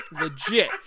legit